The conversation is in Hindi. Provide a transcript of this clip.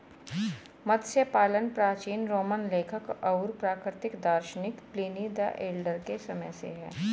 मत्स्य पालन प्राचीन रोमन लेखक और प्राकृतिक दार्शनिक प्लिनी द एल्डर के समय से है